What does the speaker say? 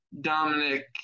Dominic